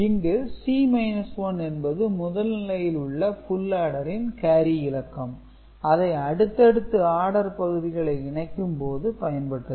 இங்கு C 1 என்பது முதல் நிலையில் உள்ள ஃபுல் ஆடரின் கேரி இலக்கம் இது அடுத்தடுத்து ஆடர் பகுதிகளை இணைக்கும் போது பயன்பட்டது